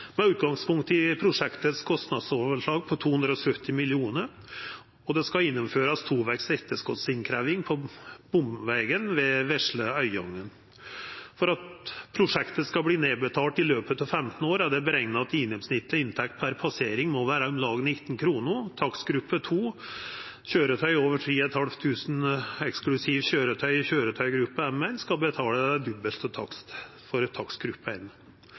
med bompengar, med utgangspunkt i prosjektets kostnadsoverslag på 270 mill. kr. Det skal gjennomførast tovegs etterskotsinnkrevjing av bompengar ved Vesle Øyangen. For at prosjektet skal verta nedbetalt i løpet av 15 år, er det berekna at gjennomsnittleg inntekt per passering må vera om lag 19 kr. Takstgruppe 2, kjøretøy over 3 500 kg eksklusiv køyretøy i køyretøygruppe M1, skal betala det dobbelte av taksten for takstgruppe